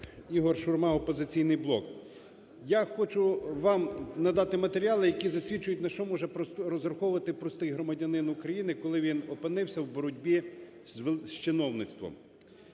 Ігор Шурма, "Опозиційний блок". Я хочу вам надати матеріали, які засвідчують, на що може розраховувати простий громадянин України, коли він опинився у боротьбі з чиновництвом.